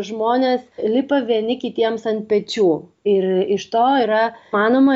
žmonės lipa vieni kitiems ant pečių ir iš to yra manoma